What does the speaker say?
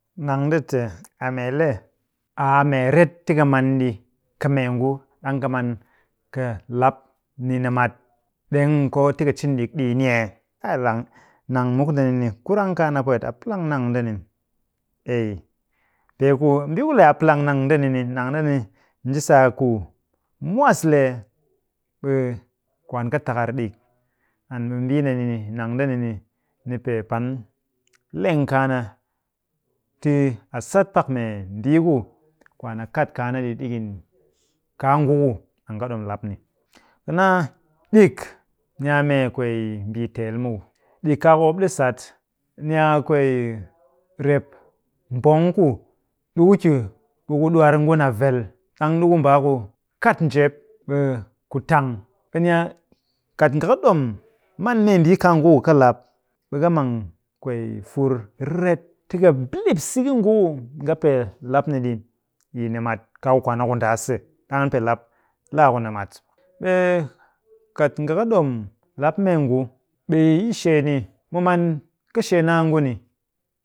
Nang nde te a mee le, a a mee ret tika man ɗi kɨ meengu ɗang ka man kɨ lap ni nɨmat ɗeng koo tika cin ɗik ɗi yini ee? nang muk ndeni ni kurang kaa na pwet. A plang nang ndeni. Ei peeku, mbii ku le a plang nang ndeni ni nji sa a ku mwaslee ɓe kwaan kɨ takar ɗik. And ɓe mbii ndeni ni, nang ndeni ni, ni pee pan leng kaa na ti a sat pak mee mbii ku kwaan a kat kaa na ɗi ɗikin kaa nguku an kɨ ɗom lap ni. Ka naa ɗik, ni a mee kwee mbii teel muw. ɗik kaaku mop ɗi sat, ni a kwee rep mbong ku ɗiku ki ɓe ku ɗwar ngun a vel. ɗang ɗiku mbaa ku kat njep, ɓe ku tang. ɓe ni a, kat nga kɨ ɗom man membii kaa nguku ka lap, ɓe ka mang kwee fur riret tika bilip siki nguku nga pee lap ni ɗi yi nɨmat kaaku kwaan a ku ndaas se. ɗang an pee lap laa ku nɨmat. ɓe kat nga kɨ ɗom lap meengu, ɓe yi shee ni, muman ka shee naa nguni.